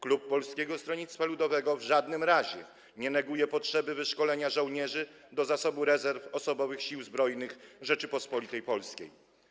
Klub Polskiego Stronnictwa Ludowego w żadnym razie nie neguje potrzeby wyszkolenia żołnierzy do zasobu rezerw osobowych Sił Zbrojnych Rzeczypospolitej Polskiej.